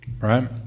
right